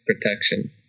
protection